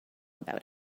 about